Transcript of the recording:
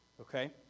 Okay